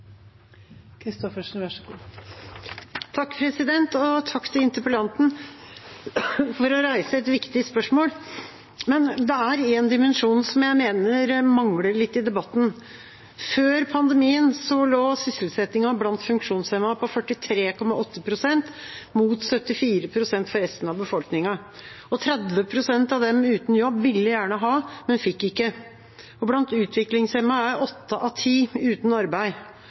dimensjon som jeg mener mangler litt i debatten. Før pandemien lå sysselsettingen blant funksjonshemmede på 43,8 pst, mot 74 pst for resten av befolkningen. 30 pst av dem uten jobb ville gjerne ha, men fikk ikke. Blant utviklingshemmede er åtte av ti uten arbeid,